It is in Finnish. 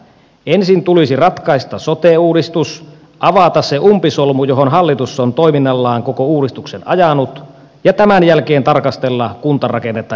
ensin tulisi ratkaista sote uudistus avata se umpisolmu johon hallitus on toiminnallaan koko uudistuksen ajanut ja tämän jälkeen tarkastella kuntarakennetta erikseen